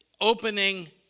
opening